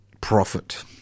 profit